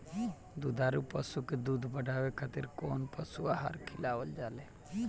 दुग्धारू पशु के दुध बढ़ावे खातिर कौन पशु आहार खिलावल जाले?